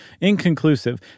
inconclusive